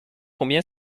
combien